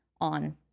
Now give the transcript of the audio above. on